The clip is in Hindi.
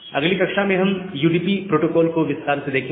अगली कक्षा में हम यूडीपी प्रोटोकोल को विस्तार से देखेंगे